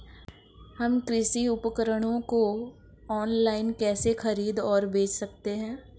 हम कृषि उपकरणों को ऑनलाइन कैसे खरीद और बेच सकते हैं?